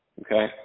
okay